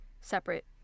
separate